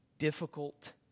Difficult